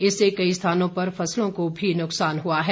इससे कई स्थानों पर फसलों को भी नुकसान हुआ है